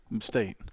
State